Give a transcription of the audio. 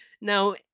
Now